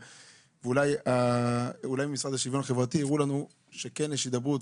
אולי המשרד לשוויון חברתי הראו לנו שכן יש הידברות.